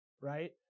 right